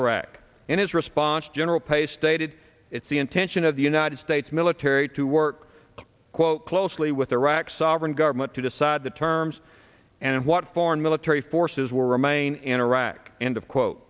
iraq in his response general pace stated it's the intention of the united states military to work quote closely with iraq's sovereign government to decide the terms and what foreign military forces will remain in iraq and of quote